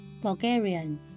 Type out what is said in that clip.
Bulgarian